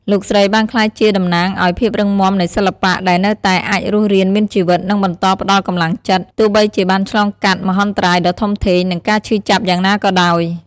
លោកស្រីបានក្លាយជាតំណាងឱ្យ ភាពរឹងមាំនៃសិល្បៈ ដែលនៅតែអាចរស់រានមានជីវិត និងបន្តផ្តល់កម្លាំងចិត្ត ទោះបីជាបានឆ្លងកាត់មហន្តរាយដ៏ធំធេង និងការឈឺចាប់យ៉ាងណាក៏ដោយ។